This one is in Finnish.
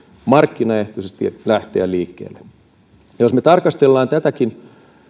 markkinaehtoisesti lähteä liikkeelle jos me tarkastelemme tätäkin